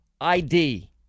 ID